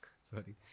sorry